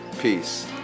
peace